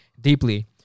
deeply